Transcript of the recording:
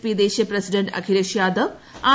P ദേശീയ president Akhilesh Yadav R